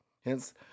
hence